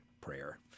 prayer